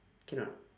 can or not